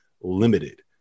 limited